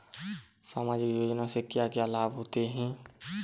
सामाजिक योजना से क्या क्या लाभ होते हैं?